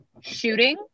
shooting